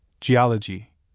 Geology